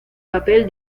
papel